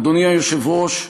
אדוני היושב-ראש,